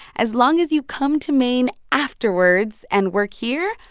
as long as you come to maine afterwards and work here,